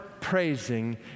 praising